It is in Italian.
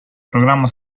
programma